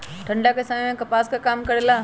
ठंडा के समय मे कपास का काम करेला?